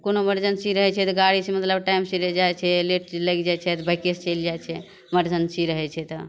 कोनो इमरजेन्सी रहै छै तऽ गाड़ीसे मतलब टाइमसे जे जाइ छै लेट लागि जाइ छै तऽ बाइकेसे चलि जाइ छै इमरजेन्सी रहै छै तऽ